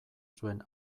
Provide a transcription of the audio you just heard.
zuen